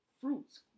fruits